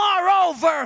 moreover